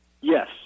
Yes